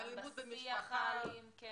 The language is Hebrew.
גם בשיח האלים --- אלימות במשפחה.